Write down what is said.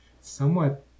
somewhat